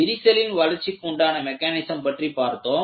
விரிசலின் வளர்ச்சிக்குண்டான மெக்கானிசம் பற்றி பார்த்தோம்